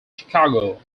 chicago